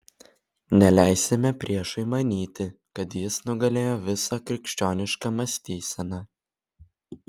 neleisime priešui manyti kad jis nugalėjo visą krikščionišką mąstyseną